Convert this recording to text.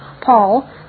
Paul